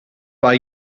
war